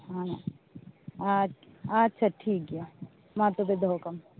ᱦᱮᱸ ᱟᱪᱪᱷᱟ ᱟᱪᱪᱷᱟ ᱴᱷᱤᱠᱜᱮᱭᱟ ᱢᱟ ᱛᱚᱵᱮ ᱫᱚᱦᱚ ᱠᱟᱜ ᱢᱮ ᱦᱩᱸ